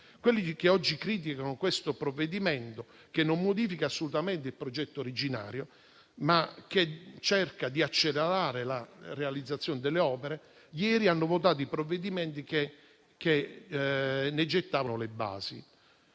Coloro che oggi criticano questo provvedimento, che non modifica assolutamente il progetto originario, ma cerca di accelerare la realizzazione delle opere, ieri hanno votato i provvedimenti che ne gettavano le basi.